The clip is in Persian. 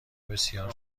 بسیار